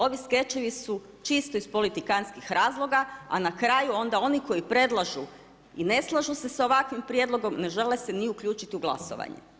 Ovi skečevi su čisto iz polikantskih razloga, a na kraju onda oni koji predlažu i ne slažu se s ovakvim prijedlogom ne žele se ni uključiti u glasovanje.